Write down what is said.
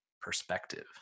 perspective